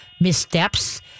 missteps